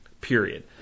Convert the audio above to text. period